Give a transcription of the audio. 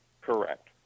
Correct